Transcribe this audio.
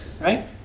right